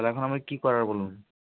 তালে এখন আমায় কী করার বলুন